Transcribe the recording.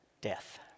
Death